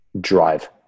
drive